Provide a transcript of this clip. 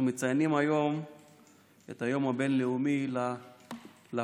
אנחנו מציינים היום את היום הבין-לאומי לפג.